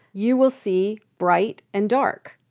you will see bright and dark.